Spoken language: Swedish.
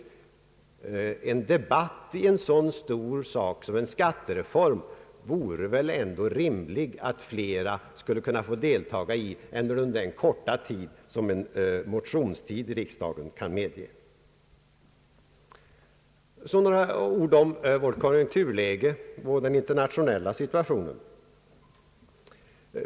När det gäller en debatt i en så stor sak som en skattereform vore det väl rimligt att flera skulle kunna få deltaga än som är möjligt under den korta tid som motionstiden i riksdagen medger. Så några ord om vårt konjunkturläge och den internationella situationen.